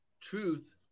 Truth